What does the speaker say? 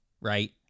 right